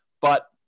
but-